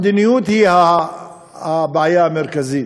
המדיניות היא הבעיה המרכזית.